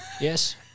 Yes